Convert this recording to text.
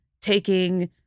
taking